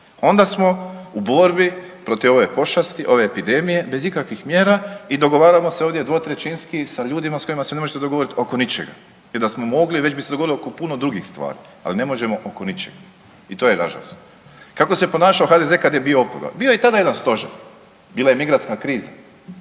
Onda smo u borbi protiv ove pošasti, ove epidemije bez ikakvih mjera i dogovaramo se ovdje dvotrećinski sa ljudima sa ljudima s kojima se ne možete dogovoriti oko ničega. Jer da smo mogli, već bi se dogovorili oko puno drugih stvari, ali ne možemo oko ničega. I to je .../Govornik se ne razumije./... Kako se ponašao HDZ kad je bio oporba? Bio je i tada jedan stožer, bila je migrantska kriza,